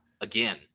again